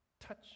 touch